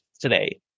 today